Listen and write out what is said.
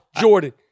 Jordan